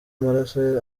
maraso